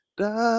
da